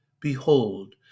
Behold